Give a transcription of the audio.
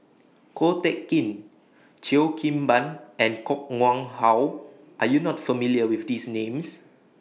Ko Teck Kin Cheo Kim Ban and Koh Nguang How Are YOU not familiar with These Names